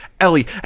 Ellie